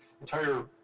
entire